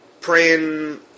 praying